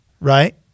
right